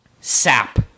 Sap